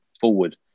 forward